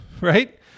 right